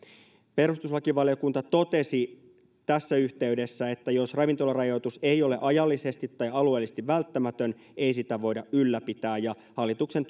perustuslakivaliokunta totesi tässä yhteydessä että jos ravintolarajoitus ei ole ajallisesti tai alueellisesti välttämätön ei sitä voida ylläpitää ja hallituksen